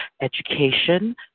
education